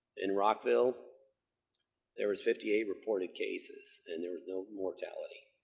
in rockville there was fifty eight reported cases and there was no mortality.